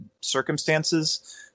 circumstances